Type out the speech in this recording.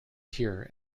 here